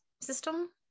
system